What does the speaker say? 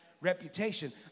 reputation